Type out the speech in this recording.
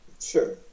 Sure